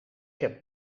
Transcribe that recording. heb